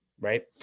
Right